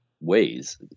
ways